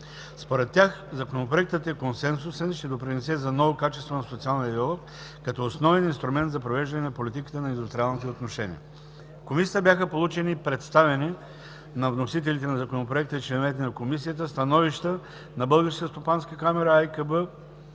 Според тях Законопроектът е консенсусен и ще допринесе за ново качество на социалния диалог като основен инструмент за провеждане на политиката на индустриалните отношения. В Комисията бяха получени и представени на вносителите на Законопроекта и членовете на Комисията становища на Българската стопанска камара,